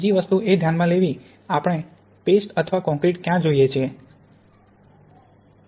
બીજી વસ્તુ એ ધ્યાનમાં લેવી છે કે આપણે પેસ્ટ અથવા કોંક્રિટ ક્યાં જોઈએ છે